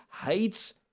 hates